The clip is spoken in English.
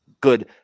good